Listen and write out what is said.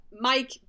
Mike